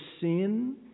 sin